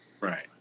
Right